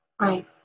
Right